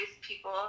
people